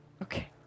Okay